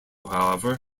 however